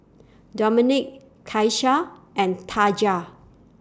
Domenic Tyesha and Taja